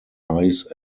ice